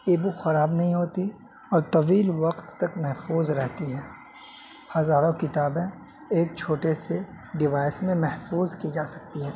ای بک خراب نہیں ہوتی اور طویل وقت تک محفوظ رہتی ہیں ہزاروں کتابیں ایک چھوٹے سے ڈوائس میں محفوظ کی جا سکتی ہے